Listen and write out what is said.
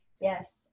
Yes